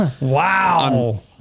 wow